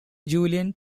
julien